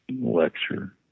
lecture